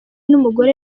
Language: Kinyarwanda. n’umugore